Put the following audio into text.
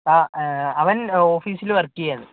ആ അവൻ ഓഫീസിൽ വർക്ക് ചെയ്യുകയാണ്